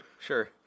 Sure